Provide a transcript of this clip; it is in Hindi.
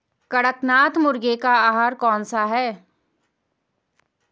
कड़कनाथ मुर्गे का आहार कौन सा है?